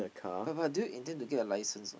but but do you intend to get a license orh